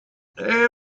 they